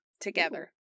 together